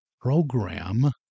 program